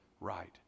right